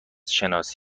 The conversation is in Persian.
شناسی